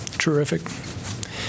terrific